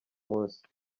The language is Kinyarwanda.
munsi